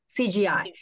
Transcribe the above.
CGI